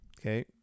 Okay